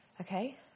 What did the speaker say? okay